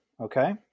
okay